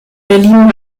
berlin